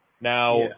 Now